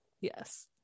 yes